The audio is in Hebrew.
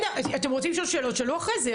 אתם רוצים לשאול שאלות תשאלו אחרי זה,